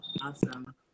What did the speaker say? Awesome